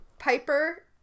Piper